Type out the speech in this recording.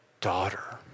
daughter